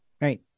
right